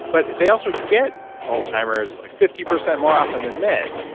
but they also get alzheimer's fifty percent more often than men.